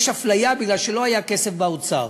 יש אפליה משום שלא היה כסף באוצר,